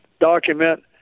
document